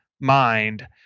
mind